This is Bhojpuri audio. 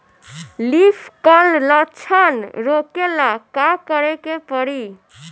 लीफ क्ल लक्षण रोकेला का करे के परी?